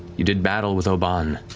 you did battle with obann,